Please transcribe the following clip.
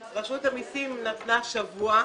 רשות המיסים נתנה שבוע.